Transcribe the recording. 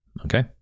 Okay